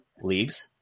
leagues